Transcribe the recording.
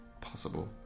possible